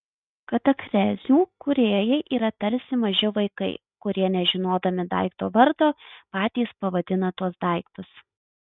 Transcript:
katachrezių kūrėjai yra tarsi maži vaikai kurie nežinodami daikto vardo patys pavadina tuos daiktus